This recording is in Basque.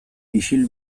isil